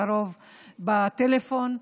לרוב בטלפון.